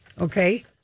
Okay